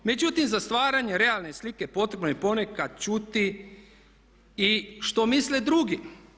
Međutim, za stvaranje realne slike potrebno je ponekad čuti i što misle drugi.